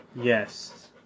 Yes